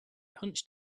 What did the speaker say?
hunched